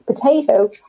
Potato